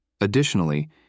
Additionally